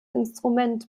instrument